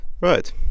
Right